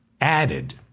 added